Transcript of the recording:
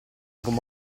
stanco